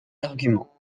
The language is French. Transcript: argument